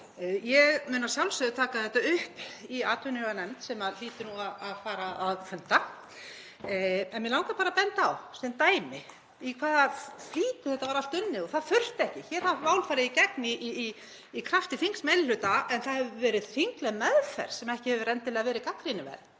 Ég mun að sjálfsögðu taka þetta upp í atvinnuveganefnd sem hlýtur að fara að funda. En mig langar bara að benda á sem dæmi í hvaða flýti þetta var allt unnið — og það þurfti ekki. Hér hafa mál farið í gegn í krafti þingmeirihluta en það hefur verið þingleg meðferð sem ekki hefur endilega verið gagnrýniverð.